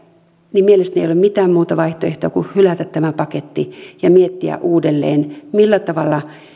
niin mielestäni ei ole mitään muuta vaihtoehtoa kuin hylätä tämä paketti ja miettiä uudelleen millä tavalla